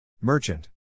Merchant